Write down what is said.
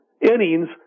innings